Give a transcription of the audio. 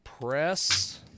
Press